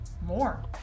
more